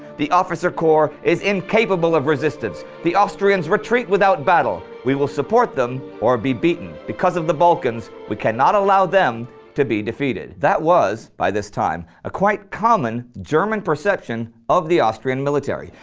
the officer corps is incapable of resistance, the austrians retreat without battle. we will support them, or be beaten, because of the balkans we cannot allow them to be defeated. that was, by this time, a quite common german perception of the austrian military.